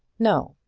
no!